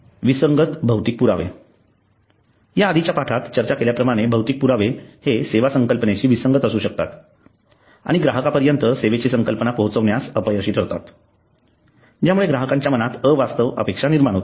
विसंगत भौतिक पुरावे आधीच्या पाठात चर्चा केल्याप्रमाणे भौतिक पुरावे हे सेवा संकल्पनेशी विसंगत असू शकतात आणि ग्राहकांपर्यंत सेवेची संकल्पना पोचवण्यात अपयशी ठरतात ज्यामुळे ग्राहकांच्या मनात अवास्तव अपेक्षा निर्माण होतात